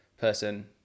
person